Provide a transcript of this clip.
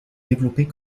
développer